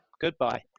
Goodbye